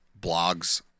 Blogs